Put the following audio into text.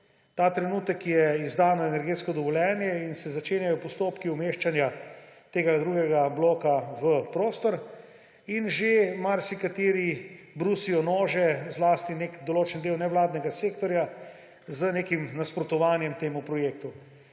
Ta trenutek je izdano energetsko dovoljenje in se začenjajo postopki umeščanja tega drugega bloka v prostor. In marsikateri že brusijo nože, zlasti določen del nevladnega sektorja, z nekim nasprotovanjem temu projektu.